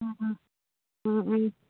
ꯎꯝ ꯎꯝ ꯎꯝ ꯎꯝ